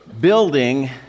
building